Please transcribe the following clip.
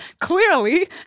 Clearly